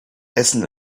essen